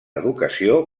educació